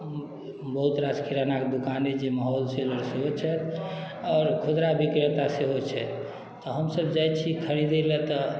बहुत रास किराना के दुकान अय जाहिमे होलसेलर सेहो छथि आओर खुदरा विक्रेता सेहो छथि तऽ हमसब जाइ छी खरीदै लऽ तऽ